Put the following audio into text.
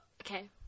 Okay